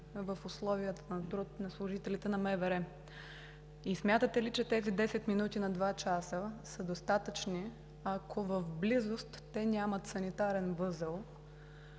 в условията на труд на служителите на МВР. Смятате ли, че тези 10 минути на два часа са достатъчни, ако в близост те нямат санитарен възел,